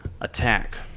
attack